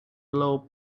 low